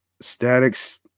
Statics